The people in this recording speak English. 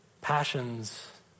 Passions